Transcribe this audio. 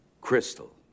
crystal